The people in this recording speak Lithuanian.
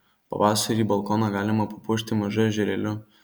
pavasarį balkoną galima papuošti mažu ežerėliu